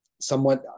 somewhat